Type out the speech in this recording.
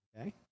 Okay